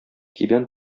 кибән